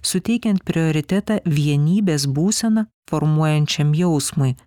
suteikiant prioritetą vienybės būseną formuojančiam jausmui